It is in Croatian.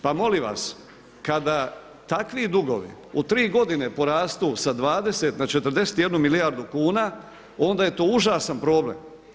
Pa molim vas, kada takvi dugovi u tri godine porastu sa 20 na 41 milijardu kuna onda je to užasan problem.